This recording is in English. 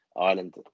Ireland